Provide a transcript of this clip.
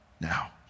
Now